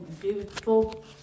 beautiful